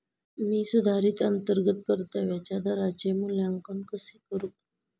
मी सुधारित अंतर्गत परताव्याच्या दराचे मूल्यांकन कसे करू?